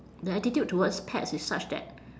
the attitude towards pets it's such that